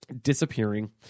disappearing